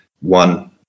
one